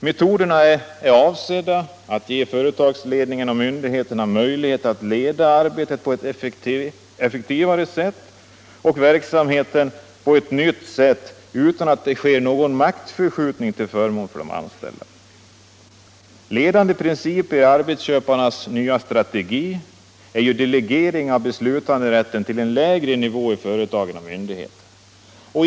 Metoderna är avsedda att ge företagsledningarna och myndigheterna möjligheter att leda arbetet på ett effektivare sätt och verksamheten på ett nytt sätt utan att det sker någon maktförskjutning till förmån för de anställda. Ledande principer i arbetsköparnas nya strategi är ju delegering av beslutanderätten till en lägre nivå i företagen och myndigheterna.